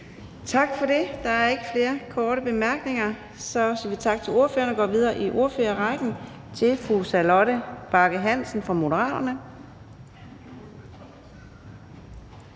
Tak for det. Der er ikke flere korte bemærkninger. Vi siger tak til ordføreren og går videre i ordførerrækken til fru Charlotte Bagge Hansen fra Moderaterne.